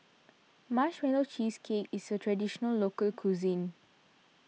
Marshmallow Cheesecake is a Traditional Local Cuisine